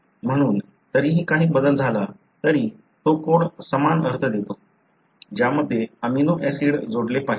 म्हणून तरीही काही बदल झाला तरी तो कोड समान अर्थ देतो ज्यामध्ये अमिनो ऍसिड जोडले पाहिजे